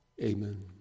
Amen